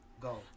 Go